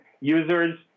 users